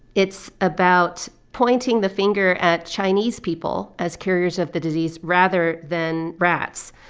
it's about pointing the finger at chinese people as carriers of the disease, rather than rats.